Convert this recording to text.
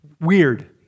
weird